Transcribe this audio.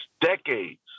decades